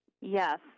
Yes